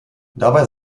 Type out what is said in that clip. dabei